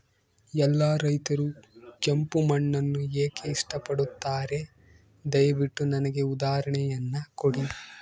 ಎಲ್ಲಾ ರೈತರು ಕೆಂಪು ಮಣ್ಣನ್ನು ಏಕೆ ಇಷ್ಟಪಡುತ್ತಾರೆ ದಯವಿಟ್ಟು ನನಗೆ ಉದಾಹರಣೆಯನ್ನ ಕೊಡಿ?